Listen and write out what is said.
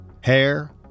Hair